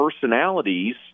personalities